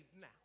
now